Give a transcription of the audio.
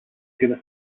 tennis